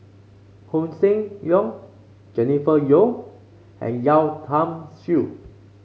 Koh Seng Leong Jennifer Yeo and Yeo Tiam Siew